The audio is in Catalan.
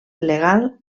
legal